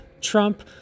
Trump